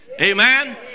amen